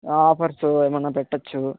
offers ఏమైనా పెట్టొచ్చు